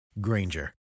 Granger